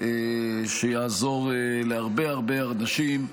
שיעזור להרבה אנשים,